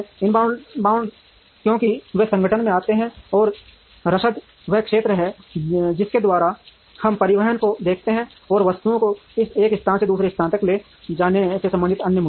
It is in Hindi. इनबाउंड क्योंकि वे संगठन में आते हैं और रसद वह क्षेत्र है जिसके द्वारा हम परिवहन को देखते हैं और वस्तुओं को एक स्थान से दूसरे स्थान तक ले जाने से संबंधित अन्य मुद्दे